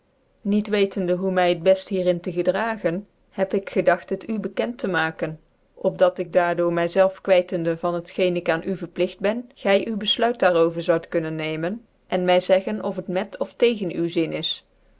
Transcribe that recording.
niet wetende hoe my t beft hier in tc gedragen heb ik gedagt het u bekent tc maken op dat i daardoor my zelve kwytcndc van het geen ik aan u verplicht ben gy u bcfl uit j ar over zo ij kunaea nentca en my zeggen of het met oftcgen u zin is